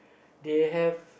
they have